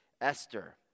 Esther